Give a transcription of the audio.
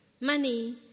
money